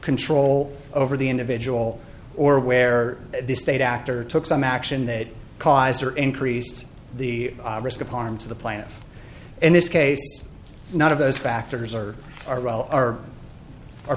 control over the individual or where the the state actor took some action that caused or increased the risk of harm to the planet in this case none of those factors are are are pre